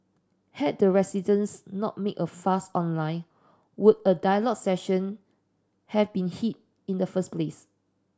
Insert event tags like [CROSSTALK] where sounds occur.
had the residents not made a fuss online would a dialogue session have been [UNINTELLIGIBLE] in the first place